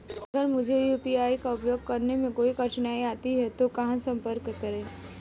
अगर मुझे यू.पी.आई का उपयोग करने में कोई कठिनाई आती है तो कहां संपर्क करें?